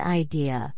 idea